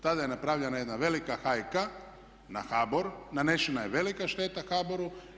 Tada je napravljena jedna velika hajka na HBOR, nanesena je velika šteta HBOR-u.